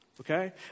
okay